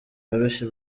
yoroshye